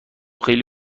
خیلی